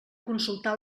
consultar